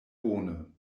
bone